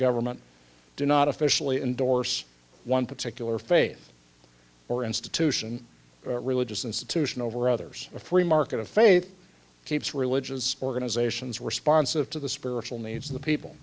government do not officially endorse one particular faith or institution religious institution over others a free market of faith keeps religious organizations responsive to the spiritual needs of the people